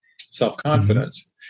self-confidence